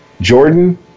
Jordan